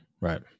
right